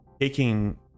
taking